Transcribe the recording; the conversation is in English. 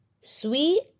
sweet